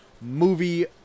movie